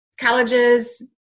colleges